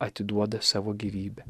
atiduoda savo gyvybę